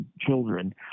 children